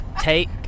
take